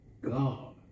God